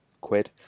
quid